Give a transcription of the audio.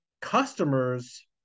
customers